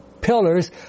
pillars